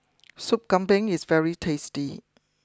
Sup Kambing is very tasty